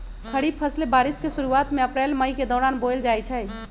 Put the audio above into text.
खरीफ फसलें बारिश के शुरूवात में अप्रैल मई के दौरान बोयल जाई छई